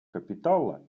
капитала